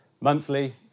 monthly